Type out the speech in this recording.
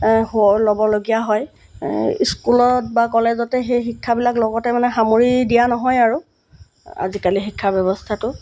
ল'বলগীয়া হয় স্কুলত বা কলেজতে সেই শিক্ষাবিলাক লগতে মানে সামৰি দিয়া নহয় আৰু আজিকালি শিক্ষা ব্যৱস্থাটো